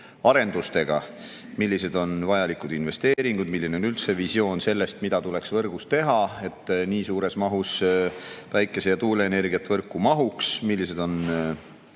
arendustega: millised on vajalikud investeeringud, milline on üldse visioon sellest, mida tuleks võrgus teha, et nii suures mahus päikese- ja tuuleenergiat võrku mahuks, millised on